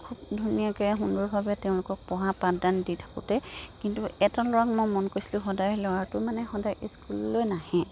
খুব ধুনীয়াকৈ সুন্দৰভাৱে তেওঁলোকক পঢ়া পাঠদান দি থাকোঁতে কিন্তু এটা ল'ৰাক মই মন কৈছিলোঁ সদায় ল'ৰাটো মানে সদায় স্কুললৈ নাহে